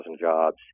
jobs